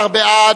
15 בעד,